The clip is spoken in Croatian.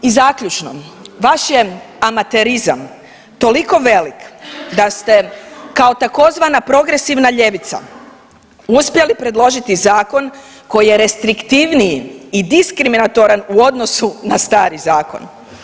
I zaključno, vaš je amaterizam toliko velik da ste kao tzv. progresivna ljevica uspjeli predložiti zakon koji je restriktivniji i diskriminatoran u odnosu na stari zakon.